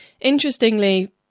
Interestingly